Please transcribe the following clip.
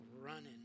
running